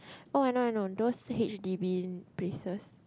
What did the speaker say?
oh I know I know those h_d_b places